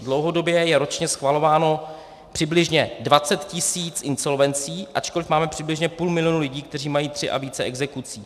Dlouhodobě je ročně schvalováno přibližně 20 tis. insolvencí, ačkoliv máme přibližně půl milionu lidí, kteří mají tři a více exekucí.